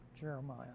Jeremiah